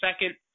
second